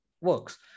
works